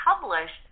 published